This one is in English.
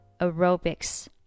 aerobics